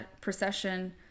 procession